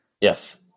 Yes